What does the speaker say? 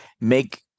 make